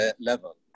level